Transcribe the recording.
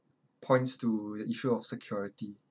points to the issue of security